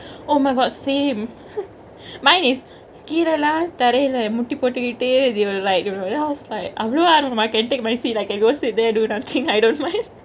oh my god same mine is கீழல்லா தரைல முட்டி போட்டுகிட்டு:keezhalaa taraile mutti pottukittu they were like then I was like அவ்ளோ ஆர்வமா:avalo aarvamaa can take my seat lah can go seat there do workingk I don't mind